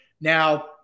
Now